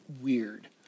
weird